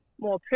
more